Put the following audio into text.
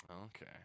Okay